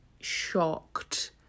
Shocked